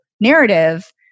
narrative